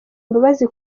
imbabazi